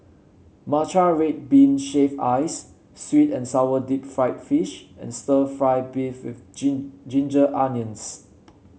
Matcha Red Bean Shaved Ice sweet and sour Deep Fried Fish and stir fry beef with Ginger Onions